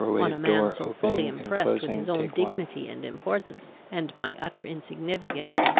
on a man so fully impressed with his own dignity and importance and my utter insignificance,